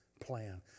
plan